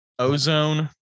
ozone